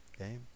Okay